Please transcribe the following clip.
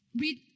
Read